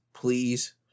Please